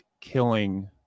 killing